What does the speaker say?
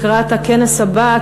לקראת הכנס הבא,